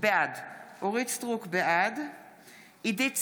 בעד עידית סילמן,